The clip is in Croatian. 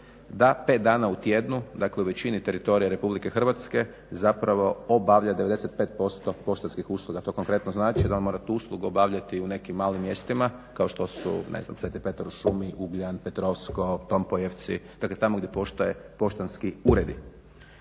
da pet dana u tjednu u većini teritorija RH zapravo obavlja 95% poštanskih usluga. To konkretno znači da on mora tu uslugu obavljati u nekim malim mjestima kao što su ne znam Sv. Petar U Šumi, Ugljan, Petrovsko, Tompojevci, dakle tamo gdje postoje poštanski uredi.